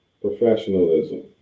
professionalism